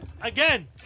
Again